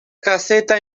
caseta